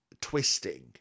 twisting